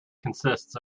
consists